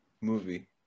Movie